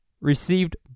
received